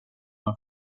han